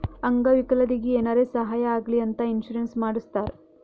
ಅಂಗ ವಿಕಲರಿಗಿ ಏನಾರೇ ಸಾಹಾಯ ಆಗ್ಲಿ ಅಂತ ಇನ್ಸೂರೆನ್ಸ್ ಮಾಡಸ್ತಾರ್